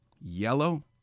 Yellow